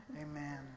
Amen